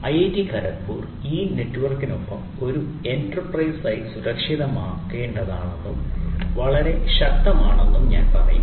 IIT Kharagpur ഈ നെറ്റ്വർക്കിനൊപ്പം ഒരു എന്റർപ്രൈസായി സുരക്ഷിതമാക്കേണ്ടതുണ്ടെന്നും വളരെ ശക്തമാണെന്നും ഞാൻ പറയും